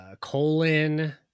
colon